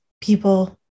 people